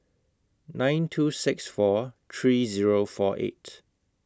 nine two six four three Zero four eight